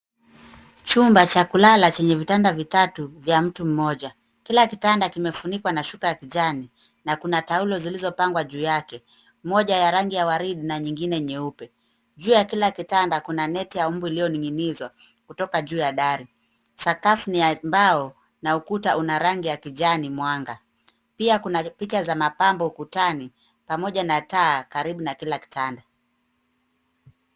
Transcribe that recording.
Chumba cha kulala chenye vitanda vitatu vya mtu mmoja. Kila kitanda kimefunikwa na shuka ya kijani na kuna taulo zilizopangwa juu yake, moja ya rangi ya waridi na nyingine nyeupe. Juu ya kila kitanda kuna neti ya umbu iliyoninginizwa kutoka juu ya dari. Sakafu ni ya mbao na ukuta una rangi ya kijani mwanga. Pia kuna picha za mapambo kutani pamoja na taa karibu na kila kitanda.